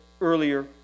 earlier